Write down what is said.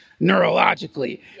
neurologically